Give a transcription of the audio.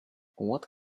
what